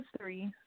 three